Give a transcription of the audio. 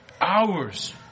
Hours